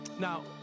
Now